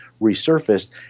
resurfaced